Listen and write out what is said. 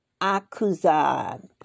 Akuzan